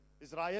Israel